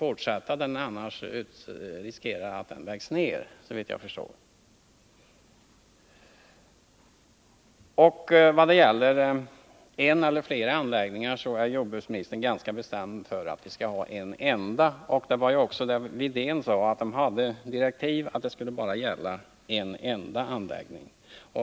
Såvitt jag förstår riskerar ammoniaktillverkningen annars att läggas ner. Vad gäller frågan om en eller flera anläggningar är jordbruksministern ganska bestämt för att det skall vara en enda. Också utredningsmannen Widén sade att i hans direktiv ingick att det skulle vara en enda anläggning.